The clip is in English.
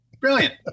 Brilliant